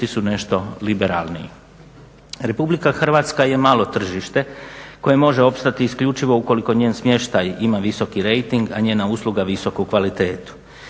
su nešto liberalniji. RH je malo tržište koje može opstati isključivo ukoliko njen smještaj ima visoki rejting a njena usluga visoku kvalitetu.